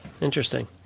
Interesting